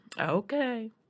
okay